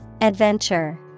Adventure